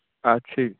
ਅੱਛਾ ਜੀ